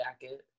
jacket